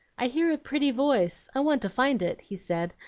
i hear a pretty voice, i want to find it he said,